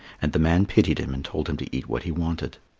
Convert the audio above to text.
and the man pitied him and told him to eat what he wanted.